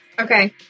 Okay